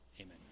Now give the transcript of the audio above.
amen